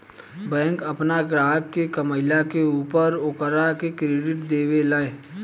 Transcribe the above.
bank आपन ग्राहक के कमईला के ऊपर ओकरा के क्रेडिट देवे ले